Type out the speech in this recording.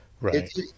right